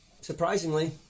surprisingly